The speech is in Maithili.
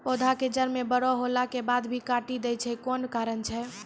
पौधा के जड़ म बड़ो होला के बाद भी काटी दै छै कोन कारण छै?